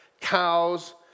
cows